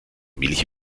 milch